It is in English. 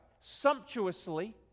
Sumptuously